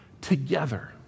together